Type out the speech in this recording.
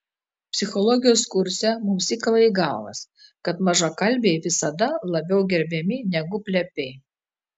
psichologijos kurse mums įkala į galvas kad mažakalbiai visada labiau gerbiami negu plepiai